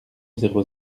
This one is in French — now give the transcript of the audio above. zéro